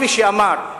כפי שאמר,